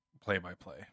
play-by-play